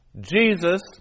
Jesus